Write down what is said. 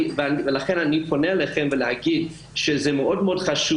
לכן אני פונה אליכם ואומר שזה מאוד מאוד חשוב